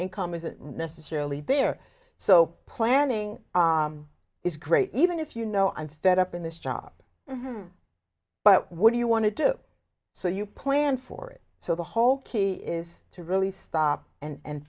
income isn't necessarily there so planning is great even if you know i'm fed up in this job but what do you want to do so you plan for it so the whole key is to really stop and